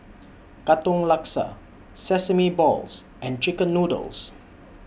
Katong Laksa Sesame Balls and Chicken Noodles